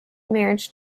marriage